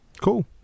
cool